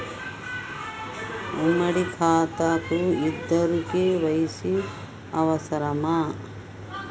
ఉమ్మడి ఖాతా కు ఇద్దరు కే.వై.సీ అవసరమా?